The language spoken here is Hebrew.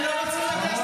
נקודה.